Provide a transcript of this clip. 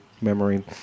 Memory